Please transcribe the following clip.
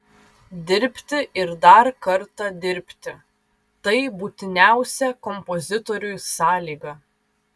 dirbti ir dar kartą dirbti tai būtiniausia kompozitoriui sąlyga